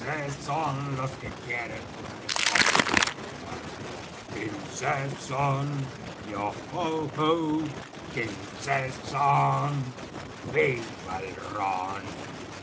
son quince los que quieren el cofre de aquel muerto son